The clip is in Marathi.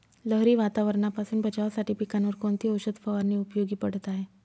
लहरी वातावरणापासून बचावासाठी पिकांवर कोणती औषध फवारणी उपयोगी पडत आहे?